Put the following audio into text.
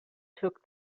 took